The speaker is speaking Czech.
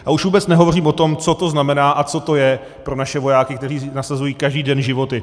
A už vůbec nehovořím o tom, co to znamená a co to je pro naše vojáky, kteří nasazují každý den život.